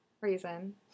reason